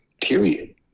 Period